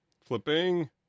flipping